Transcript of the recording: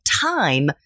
time